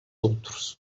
outros